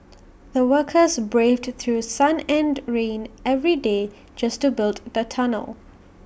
the workers braved through sun and rain every day just to build the tunnel